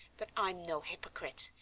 but i'm no hypocrite,